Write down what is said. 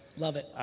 love it.